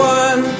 one